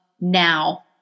now